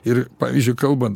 ir pavyzdžiui kalbant